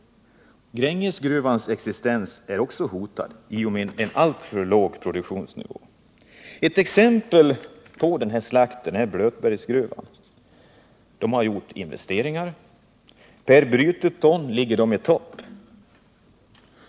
Grängesgruvans existens är också hotad i och med en alltför låg produktionsnivå. Ett exempel på den här slakten är Blötbergsgruvan. Där har man gjort investeringar som per brutet ton ligger i topp.